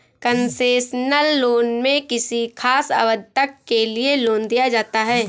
concessional loan में किसी खास अवधि तक के लिए लोन दिया जाता है